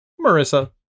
Marissa